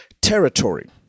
territory